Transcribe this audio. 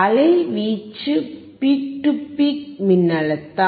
அலைவீச்சு peak to peak மின்னழுத்தம்